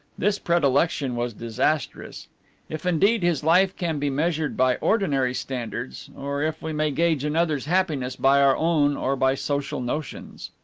this predilection was disastrous if indeed his life can be measured by ordinary standards, or if we may gauge another's happiness by our own or by social notions.